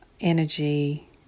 energy